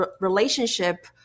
relationship